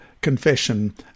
confession